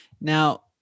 Now